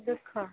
ରଖ